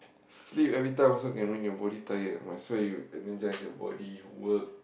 sleep everytime also can make your body tired might as well you energise your body work